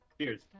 Cheers